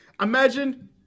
imagine